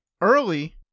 Early